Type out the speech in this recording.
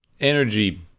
energy